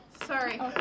Sorry